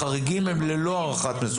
החריגים הם ללא הערכת מסוכנות.